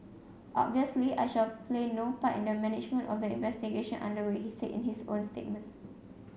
obviously I shall play no part in the management of the investigation under way he said in his own statement